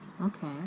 Okay